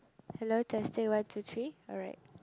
hello testing one two three alright